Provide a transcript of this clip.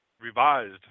revised